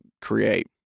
create